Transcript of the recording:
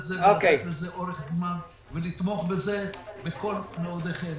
זה ולתת לזה אורך זמן ולתמוך בזה בכל מאודכם.